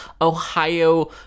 Ohio